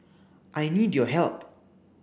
I need your help